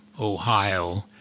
Ohio